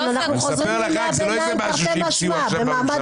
אני רק מספר לך: זה לא איזה משהו שהמציאו עכשיו בממשלה